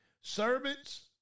Servants